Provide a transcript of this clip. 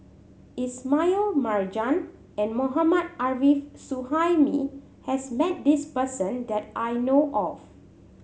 Ismail Marjan and Mohammad Arif Suhaimi has met this person that I know of